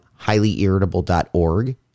highlyirritable.org